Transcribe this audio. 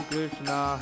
Krishna